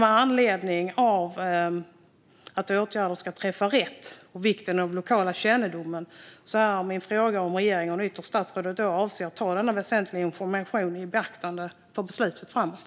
Med anledning av att åtgärder ska träffa rätt och vikten av lokal kännedom är min fråga om regeringen och ytterst statsrådet avser att ta denna väsentliga information i beaktande för beslut framåt.